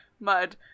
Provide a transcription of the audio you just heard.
Mud